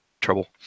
trouble